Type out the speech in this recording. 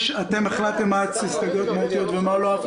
אתם החלטתם מהי הסתייגות מהותית ומה לא.